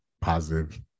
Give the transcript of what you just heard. positive